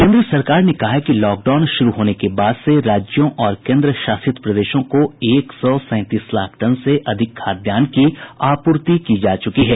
केन्द्र सरकार ने कहा है कि लॉकडाउन शुरू होने के बाद से राज्यों और केन्द्र शासित प्रदेशों को एक सौ सैंतीस लाख टन से अधिक खाद्यान्न की आपूर्ति की गई है